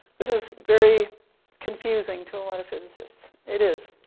this is very confusing to a lot of physicists. it is,